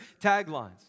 taglines